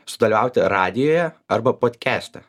sudalyvauti radijuje arba podkestę